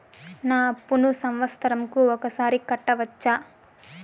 నా అప్పును సంవత్సరంకు ఒకసారి కట్టవచ్చా?